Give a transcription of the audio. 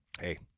hey